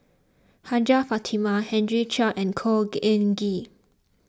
Hajjah Fatimah Henry Chia and Khor Ean Ghee